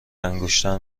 انگشتر